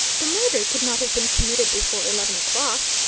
the murder could not have been committed before eleven o'clock.